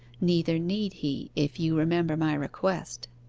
neither need he if you remember my request